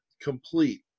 complete